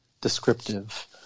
Descriptive